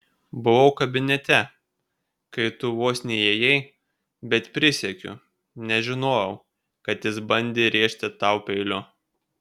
buvau kabinete kai tu vos neįėjai bet prisiekiu nežinojau kad jis bandė rėžti tau peiliu